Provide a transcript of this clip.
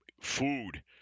food